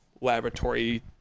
laboratory